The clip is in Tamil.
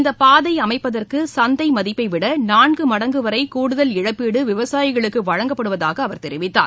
இந்த பாதை அமைப்பதற்கு் சந்தை மதிப்பைவிட நான்கு மடங்கு வரை கூடுதல் இழப்பீடு விவசாயிகளுக்கு வழங்கப்படுவதாக அவர் தெரிவித்தார்